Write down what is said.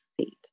seat